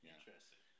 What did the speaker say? Interesting